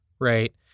Right